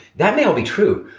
that may all be true,